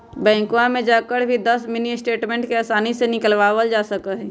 बैंकवा में जाकर भी दस मिनी स्टेटमेंट के आसानी से निकलवावल जा सका हई